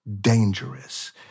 dangerous